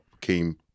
came